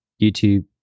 youtube